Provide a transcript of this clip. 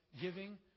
giving